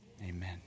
Amen